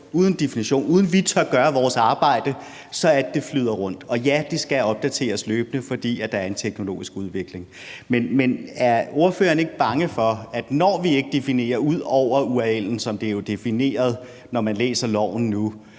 uden definition, uden at vi tør gøre vores arbejde, og så det flyder rundt. Og ja, det skal opdateres løbende, fordi der er en teknologisk udvikling. Men er ordføreren ikke bange for, når vi ikke definerer ud over url'en, som det jo er defineret, når man læser loven nu,